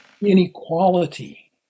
inequality